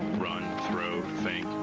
run, throw, think,